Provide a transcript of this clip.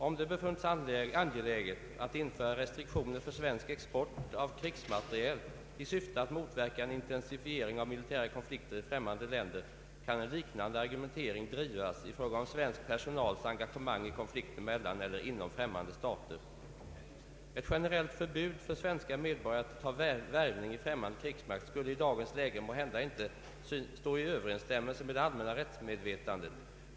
Om det befunnits angeläget att införa restriktioner för svensk export av krigsmateriel i syfte att motverka en intensifiering av militära konflikter i främmande länder, kan en liknande argumentering drivas i fråga om svensk personals engagemang i konflikter mellan eller inom främmande stater. Ett generellt förbud för svenska medborgare att ta värvning i främmande krigsmakt skulle i dagens läge måhända inte stå i överensstämmelse med det allmänna rättsmedvetandet.